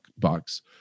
bucks